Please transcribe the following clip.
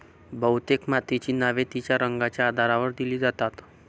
बहुतेक मातीची नावे तिच्या रंगाच्या आधारावर दिली जातात